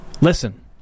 listen